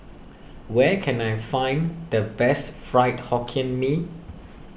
where can I find the best Fried Hokkien Mee